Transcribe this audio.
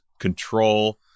Control